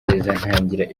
ntangira